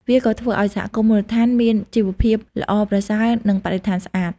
វាក៏ធ្វើឱ្យសហគមន៍មូលដ្ឋានមានជីវភាពល្អប្រសើរ និងបរិស្ថានស្អាត។